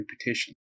reputation